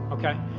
Okay